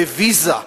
בוויזה.